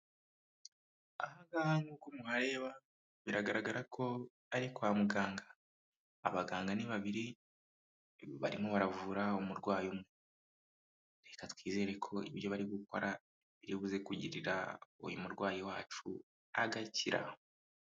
Aha ngaha nk'uko muhareba biragaragara ko ari kwa muganga abaganga n'ibabiri barimo baravura umurwayi umwe, reka twizere ko ibyo bari gukora biri buze kugirira uyu murwayi wacu agakira.